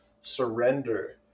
surrender